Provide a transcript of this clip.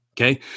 Okay